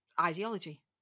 ideology